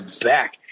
back